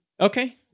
okay